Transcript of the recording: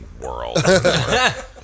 world